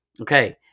Okay